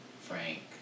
Frank